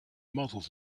models